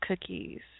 cookies